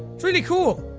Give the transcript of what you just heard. it's really cool.